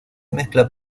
mezcla